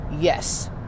Yes